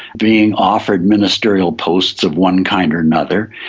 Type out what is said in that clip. being offered ministerial posts of one kind or another.